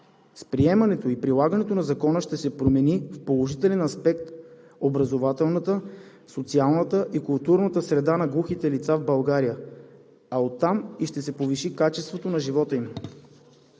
С приемането и прилагането на Закона ще се промени в положителен аспект образователната, социалната и културната среда на глухите лица в България, а оттам и ще се повиши качеството на живота им.